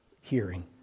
hearing